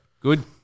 Good